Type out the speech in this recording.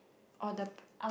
or the